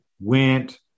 went